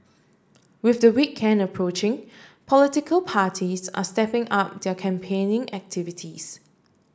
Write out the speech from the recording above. with the weekend approaching political parties are stepping up their campaigning activities